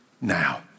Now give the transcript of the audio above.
now